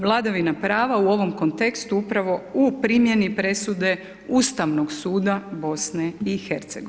Vladavina prava u ovom kontekstu upravo u primjeni presude ustavnog suda BIH.